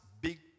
big